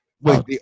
Wait